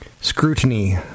Scrutiny